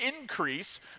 increase